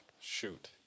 Shoot